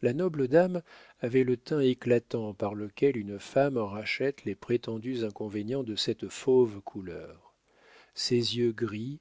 la noble dame avait le teint éclatant par lequel une femme rachète les prétendus inconvénients de cette fauve couleur ses yeux gris